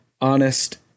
honest